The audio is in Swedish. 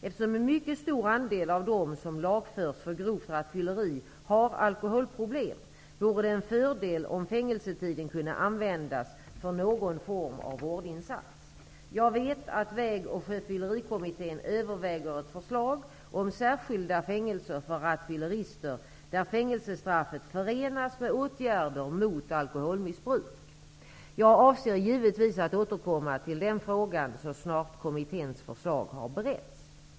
Eftersom en mycket stor andel av dem som lagförs för grovt rattfylleri har alkoholproblem vore det en fördel om fängelsetiden kunde användas för någon form av vårdinsats. Jag vet att Väg och sjöfyllerikommittén överväger ett förslag om särskilda fängelser för rattfyllerister där fängelsestraffet förenas med åtgärder mot alkholmissbruk. Jag avser givetvis att återkomma till den frågan så snart kommitténs förslag har beretts.